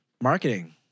marketing